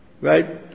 Right